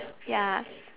ya